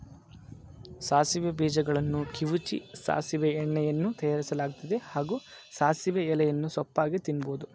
ಸಾಸಿವೆ ಬೀಜಗಳನ್ನು ಕಿವುಚಿ ಸಾಸಿವೆ ಎಣ್ಣೆಯನ್ನೂ ತಯಾರಿಸಲಾಗ್ತದೆ ಹಾಗೂ ಸಾಸಿವೆ ಎಲೆಯನ್ನು ಸೊಪ್ಪಾಗಿ ತಿನ್ಬೋದು